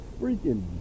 freaking